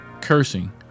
cursing